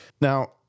now